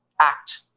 act